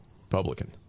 Republican